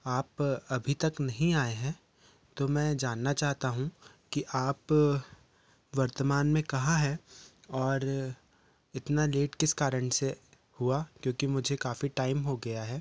आप अभी तक नहीं आए हैं तो मैं जानना चाहता हूँ कि आप वर्तमान में कहाँ हैं और इतना लेट किस कारण से हुआ क्योंकि मुझे काफ़ी टाइम हो गया है